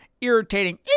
irritating